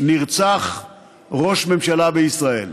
נרצח ראש ממשלה בישראל